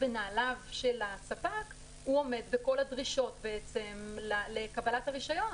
לנעליו של הספק עומד בכל הדרישות לקבלת הרישיון.